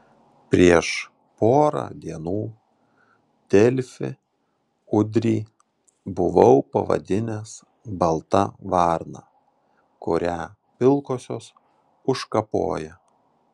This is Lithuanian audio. prieš porą dienų delfi udrį buvau pavadinęs balta varna kurią pilkosios užkapoja